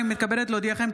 אני מתכבדת להודיעכם,